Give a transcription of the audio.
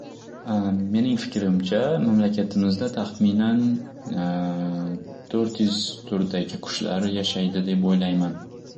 Mening fikrimcha mamlakatimizda taxminan to'rt yuz turdagi qushlar yashaydi deb o'ylayman.